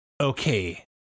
okay